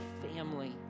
family